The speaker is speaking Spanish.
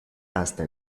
hasta